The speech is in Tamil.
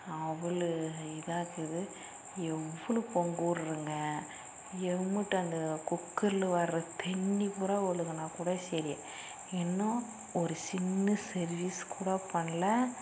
அவ்வளோ இதாக்கிது எவ்வளோ பொங்க விட்றங்க எம்முட்டு அந்த குக்கரில் வர தண்ணி பூரா ஒழுகினா கூட சரி இன்னும் ஒரு சின்ன சர்வீஸ் கூட பண்ணல